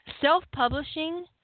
self-publishing